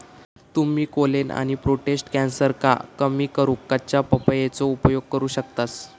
तुम्ही कोलेन आणि प्रोटेस्ट कॅन्सरका कमी करूक कच्च्या पपयेचो उपयोग करू शकतास